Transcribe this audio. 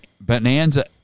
bonanza